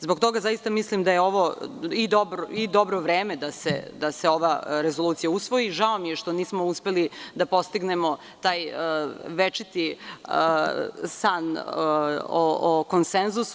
Zbog toga mislim da je ovo i dobro vreme da se ova rezolucija usvoji i žao mi što nismo uspeli da postignemo taj večiti san o konsenzusu.